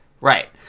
Right